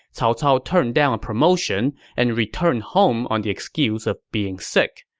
cao cao turned down a promotion and returned home on the excuse of being sick.